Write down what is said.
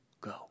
go